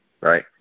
right